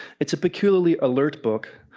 it's a peculiarly alert book,